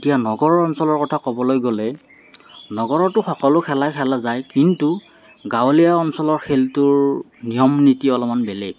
এতিয়া নগৰ অঞ্চলৰ কথা ক'বলৈ গ'লে নগৰতো সকলো খেলাই খেলা যায় কিন্তু গাঁৱলীয়া অঞ্চলৰ খেলটোৰ নিয়ম নীতি অলপমান বেলেগ